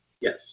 Yes